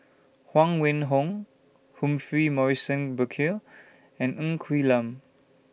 Huang Wenhong Humphrey Morrison Burkill and Ng Quee Lam